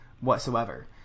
whatsoever